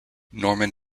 norman